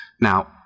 Now